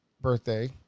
birthday